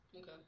Okay